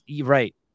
Right